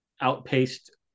outpaced